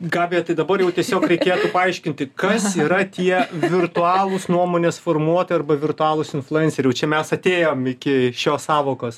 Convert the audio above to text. gabija tai dabar jau tiesiog reikėtų paaiškinti kas yra tie virtualūs nuomonės formuotojai arba virtualūs influenceriai jau čia mes atėjom iki šios sąvokos